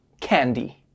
candy